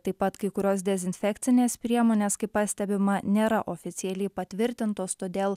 taip pat kai kurios dezinfekcinės priemonės kaip pastebima nėra oficialiai patvirtintos todėl